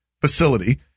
Facility